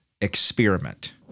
experiment